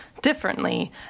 differently